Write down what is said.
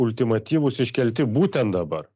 ultimatyvūs iškelti būtent daba